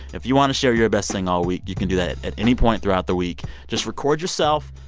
if you want to share your best thing all week, you can do that at any point throughout the week. just record yourself.